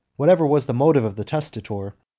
whatever was the motive of the testator,